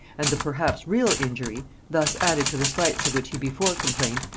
and the, perhaps, real injury, thus added to the slights of which he before complained,